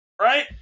Right